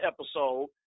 episode